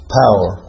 power